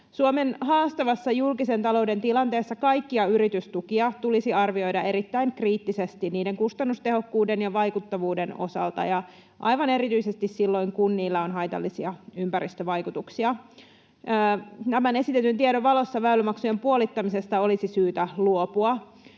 Suomen haastavassa julkisen talouden tilanteessa kaikkia yritystukia tulisi arvioida erittäin kriittisesti niiden kustannustehokkuuden ja vaikuttavuuden osalta ja aivan erityisesti silloin, kun niillä on haitallisia ympäristövaikutuksia. Tämän esitetyn tiedon valossa väylämaksujen puolittamisesta olisi syytä luopua.